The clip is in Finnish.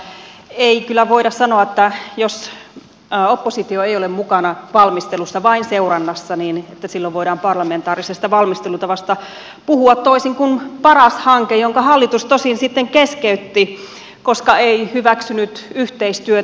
mutta ei kyllä voida sanoa että jos oppositio ei ole mukana valmistelussa vain seurannassa niin silloin voidaan parlamentaarisesta valmistelutavasta puhua toisin kuin paras hankkeessa jonka hallitus tosin sitten keskeytti koska ei hyväksynyt yhteistyötä